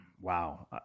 Wow